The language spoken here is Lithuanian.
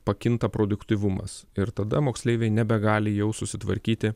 pakinta produktyvumas ir tada moksleiviai nebegali jau susitvarkyti